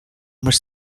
mhux